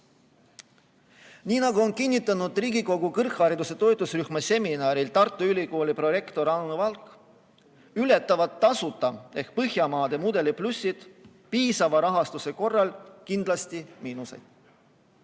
Nii nagu kinnitas Riigikogu kõrghariduse toetusrühma seminaril Tartu Ülikooli prorektor Aune Valk, ületavad tasuta ehk Põhjamaade mudeli plussid piisava rahastuse korral kindlasti miinuseid.